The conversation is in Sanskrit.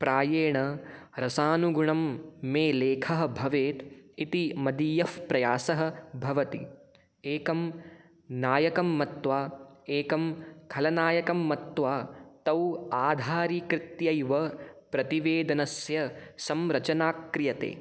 प्रायेण रसानुगुणं मे लेखः भवेत् इति मदीयः प्रयासः भवति एकं नायकं मत्वा एकं खलनायकं मत्वा तौ आधारीकृत्यैव प्रतिवेदनस्य संरचना क्रियते